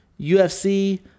UFC